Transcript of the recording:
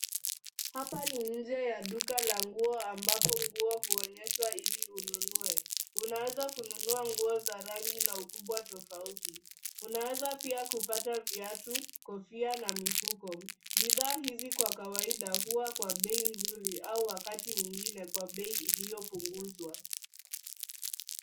Hapa ni nje ya duka la nguo ambapo nguo huonyeshwa ili ununue. Unaweza kununua nguo za rangi na ukubwa tofauti. Unaweza pia kupata viatu, kofia na mifuko. Bidhaa hizi kwa kawaida huwa kwa bei nzuri au wakati mwingine kwa bei iliyopunguzwa.